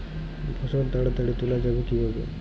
ফসল তাড়াতাড়ি তোলা যাবে কিভাবে?